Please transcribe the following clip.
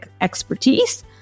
expertise